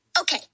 Okay